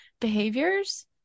behaviors